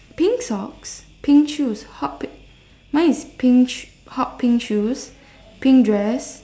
pink socks pink shoes hot pink mine is pink sho~ hot pink shoes pink dress